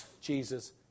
Jesus